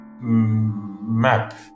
map